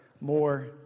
more